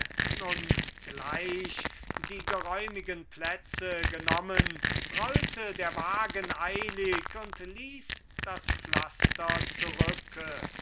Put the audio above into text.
gleich die geräumigen plätze genommen rollte der wagen eilig und ließ das pflaster zurücke